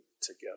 together